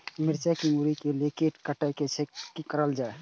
मिरचाय के मुरी के जे कीट कटे छे की करल जाय?